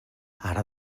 ara